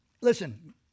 Listen